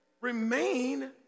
remain